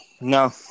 No